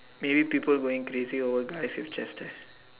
maybe people going crazy over is nap chatter